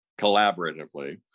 collaboratively